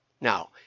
Now